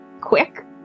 quick